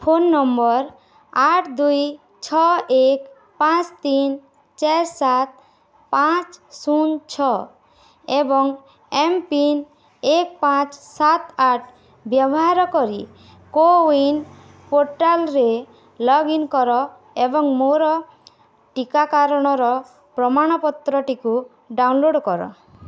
phone number ଆଠ ଦୁଇ ଛଅ ଏକ ପାଞ୍ଚ ତିନ ଚାର ସାତ ପାଞ୍ଚ ଶୂନ ଛଅ ଏବଂ ଏମ୍ପିନ୍ ଏକ ପାଞ୍ଚ ସାତ ଆଠ ବ୍ୟବହାର କରି କୋୱିନ୍ ପୋର୍ଟାଲ୍ରେ ଲଗ୍ଇନ୍ କର ଏବଂ ମୋର ଟିକାକରଣର ପ୍ରମାଣପତ୍ରଟିକୁ ଡାଉନଲୋଡ଼୍ କର